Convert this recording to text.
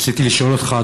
רציתי לשאול אותך,